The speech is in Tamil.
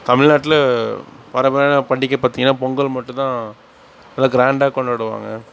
தமிழ்நாட்டில் பாரம்பரியமான பண்டிகை பார்த்திங்கனா பொங்கல் மட்டுந்தான் நல்லா கிராண்டாக கொண்டாடுவாங்க